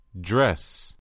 dress